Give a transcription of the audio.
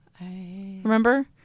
Remember